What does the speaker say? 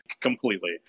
completely